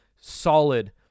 solid